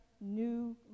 new